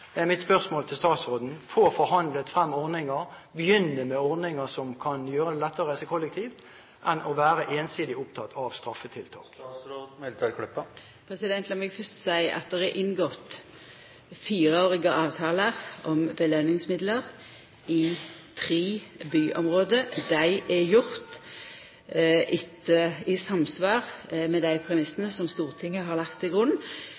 mitt spørsmål til statsråden, og få forhandlet frem ordninger som kan gjøre det lettere å reise kollektivt, enn av å være ensidig opptatt av straffetiltak? Lat meg fyrst seia at det er inngått fireårige avtalar om belønningsmidlar i tre byområde. Dei er inngått i samsvar med dei premissane som Stortinget har lagt til grunn.